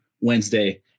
Wednesday